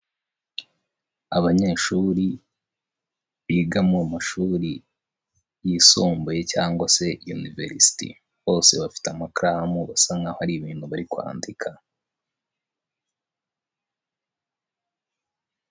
Abanyeshuri biga mu mashuri yisumbuye cyangwa se univerisiti bose bafite amakaramu basa nkaho hari ibintu bari kwandika.